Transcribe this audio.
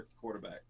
quarterback